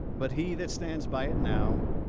but he that stands by it now,